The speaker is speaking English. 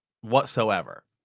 whatsoever